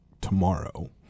tomorrow